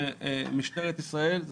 זה משטרת ישראל,